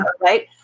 right